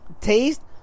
Taste